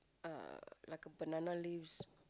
uh like a banana leaves